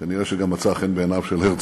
כנראה גם מצאה חן בעיניו של הרצל.